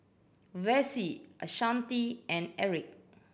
Vassie Ashanti and Erick